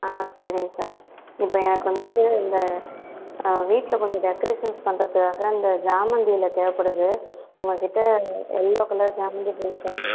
ஆ சரிங்க சார் இப்போ எனக்கு வந்துவிட்டு இந்த வீட்டில் கொஞ்சம் டெக்ரெசன்ஸ் பண்ணுறதுக்காக இந்த சாமந்தில தேவைப்படுது உங்கள்கிட்ட எல்லோ கலர் சாமந்திப் பூ இருக்கா